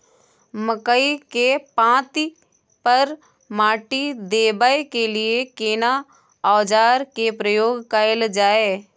मकई के पाँति पर माटी देबै के लिए केना औजार के प्रयोग कैल जाय?